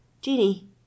Genie